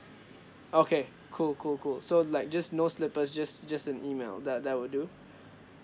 okay cool cool cool so like just no slippers just just an email that that will do